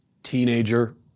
teenager